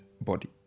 body